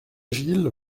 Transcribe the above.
gilles